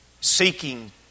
Seeking